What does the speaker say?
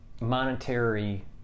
monetary